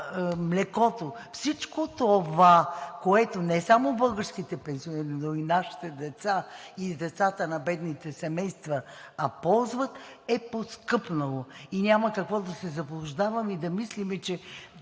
Всичко това, което не само българските пенсионери, но и нашите деца, и децата на бедните семейства ползват, е поскъпнало и няма какво да се заблуждаваме и да мислим, че